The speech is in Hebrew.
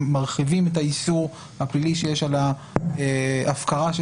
ומרחיבים את האיסור הפלילי שיש על הפקרה של